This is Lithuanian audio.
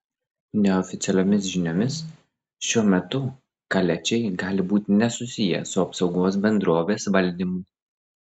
neoficialiomis žiniomis šiuo metu kaliačiai gali būti nesusiję su apsaugos bendrovės valdymu